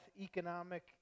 economic